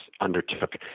undertook